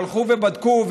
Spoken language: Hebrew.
שהלכו ובדקו,